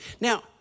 Now